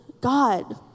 God